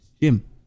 Jim